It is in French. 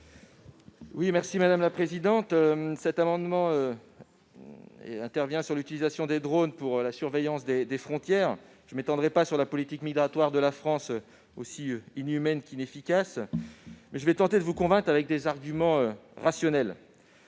à M. Guillaume Gontard. Cet amendement a pour objet l'utilisation des drones pour la surveillance des frontières. Je ne m'étendrai pas sur la politique migratoire de la France, aussi inhumaine qu'inefficace. Mais je vais tenter de vous convaincre avec des arguments rationnels.